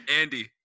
Andy